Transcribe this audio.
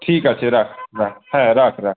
ঠিক আছে রাখ হ্যাঁ হ্যাঁ রাখ রাখ